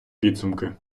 підсумки